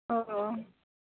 अ